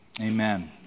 amen